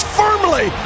firmly